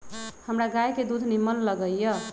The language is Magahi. हमरा गाय के दूध निम्मन लगइय